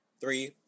Three